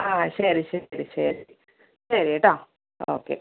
ആ ശരി ശരി ശരി ശരീ കേട്ടോ ഓക്കെ